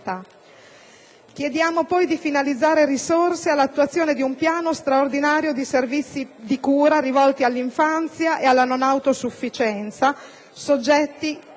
Chiediamo poi di finalizzare risorse all'attuazione di un piano straordinario di servizi di cura, rivolti all'infanzia e alla non autosufficienza, condizioni